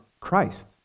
Christ